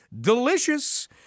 delicious